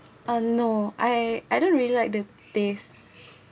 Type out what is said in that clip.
um no I I don't really like the taste